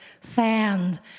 sand